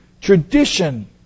Tradition